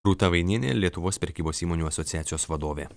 rūta vainienė lietuvos prekybos įmonių asociacijos vadovė